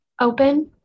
open